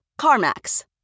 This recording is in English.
CarMax